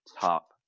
top